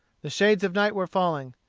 the shades of night were falling.